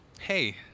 Hey